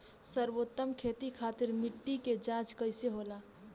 सर्वोत्तम खेती खातिर मिट्टी के जाँच कइसे होला?